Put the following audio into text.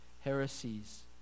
heresies